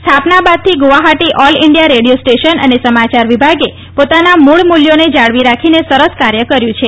સ્થાપના બાદથી Guwahati all India radio station અને સમાચાર વિભાગે પોતાના મૂળ મૂલ્યોને જાળવી રાખીને સરસ કાર્ય કર્યૂં છે